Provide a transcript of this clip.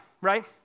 Right